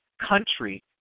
country